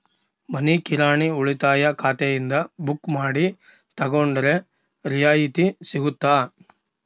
ಮನಿ ಕಿರಾಣಿ ಉಳಿತಾಯ ಖಾತೆಯಿಂದ ಬುಕ್ಕು ಮಾಡಿ ತಗೊಂಡರೆ ರಿಯಾಯಿತಿ ಸಿಗುತ್ತಾ?